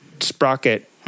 sprocket